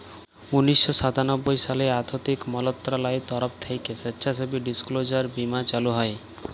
উনিশ শ সাতানব্বই সালে আথ্থিক মলত্রলালয়ের তরফ থ্যাইকে স্বেচ্ছাসেবী ডিসক্লোজার বীমা চালু হয়